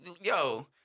yo